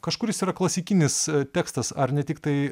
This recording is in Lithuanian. kažkuris yra klasikinis tekstas ar ne tiktai